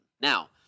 Now